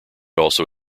also